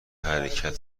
حرکت